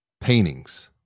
Paintings